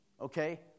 Okay